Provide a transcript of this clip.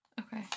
Okay